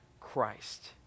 Christ